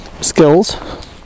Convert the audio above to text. skills